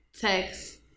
Text